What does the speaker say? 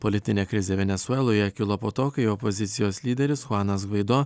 politinė krizė venesueloje kilo po to kai opozicijos lyderis chuanas guaido